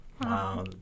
Wow